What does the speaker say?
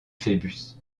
phœbus